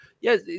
yes